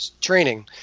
training